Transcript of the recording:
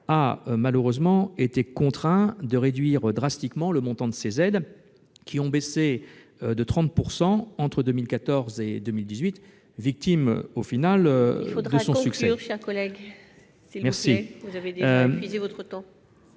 a malheureusement été contraint de réduire drastiquement le montant de ses aides, qui ont baissé de 30 % entre 2014 et 2018, victime au final de son succès. Il faut conclure, mon cher collègue. Vous avez épuisé votre temps